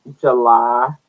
July